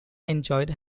enjoyed